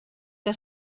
que